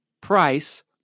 price